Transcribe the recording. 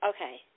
Okay